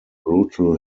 brutal